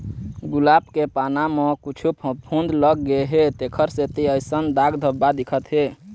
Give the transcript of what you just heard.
गुलाब के पाना म कुछु फफुंद लग गे हे तेखर सेती अइसन दाग धब्बा दिखत हे